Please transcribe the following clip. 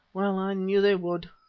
well, i knew they would.